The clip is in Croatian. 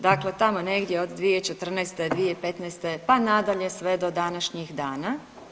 Dakle, tamo negdje od 2014., 2015. pa nadalje sve do današnjih dana.